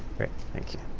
great, thank you.